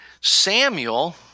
Samuel